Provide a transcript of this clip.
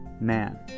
man